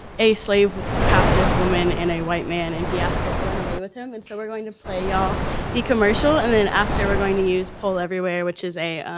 a slave captive woman and a white man, and he asked her to run away with him and so we're going play all the commercial and then after we're going to use poll everywhere, which is a